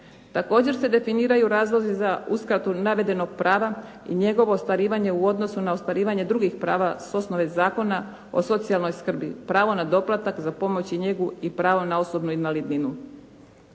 Također se definiraju razlozi za uskratu navedenog prava i njegovo ostvarivanje u odnosu na ostvarivanje drugih prava s osnove Zakona o socijalnoj skrbi. Pravo na doplatak za pomoć i njegu i pravo na osobnu invalidninu.